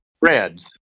Reds